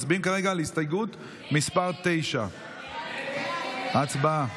מצביעים כרגע על הסתייגות מס' 9. הצבעה.